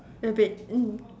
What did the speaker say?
a bit mm